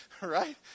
right